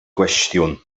gwestiwn